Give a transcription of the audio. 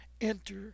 enter